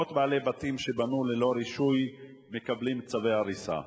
מאות בעלי בתים שבנו ללא רישוי מקבלים צווי הריסה.